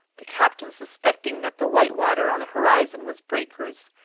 the captain suspecting that the white water on the horizon was breakers,